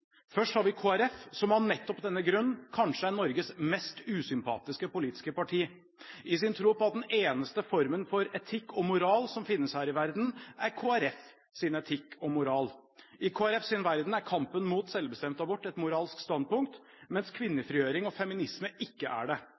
Først har vi Kristelig Folkeparti, som av nettopp denne grunn, kanskje er Norges mest usympatiske politiske parti, i sin tro på at den eneste formen for etikk og moral som finnes her i verden, er Kristelig Folkepartis etikk og moral. I Kristelig Folkepartis verden er kampen mot selvbestemt abort et moralsk standpunkt, mens kvinnefrigjøring og feminisme ikke er det.